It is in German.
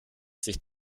sich